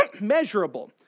measurable